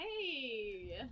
hey